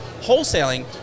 wholesaling